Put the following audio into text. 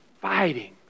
fighting